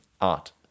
art